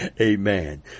Amen